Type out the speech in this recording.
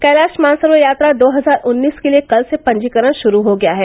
कैलाश मानसरोवर यात्रा दो हजार उन्नीस के लिए कल से पंजीकरण शुरू हो गया है